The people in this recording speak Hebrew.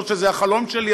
לא שזה החלום שלי,